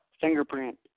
fingerprint